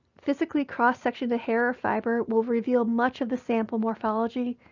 physically cross-sectioning a hair or fiber will reveal much of the sample morphology,